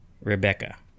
rebecca